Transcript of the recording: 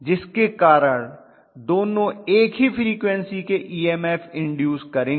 जिसके कारण दोनों एक ही फ्रीक्वन्सी के ईएमएफ इन्डूस करेंगे